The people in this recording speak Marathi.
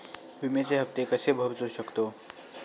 विम्याचे हप्ते कसे भरूचो शकतो?